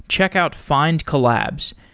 check out findcollabs.